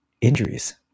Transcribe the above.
injuries